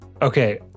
Okay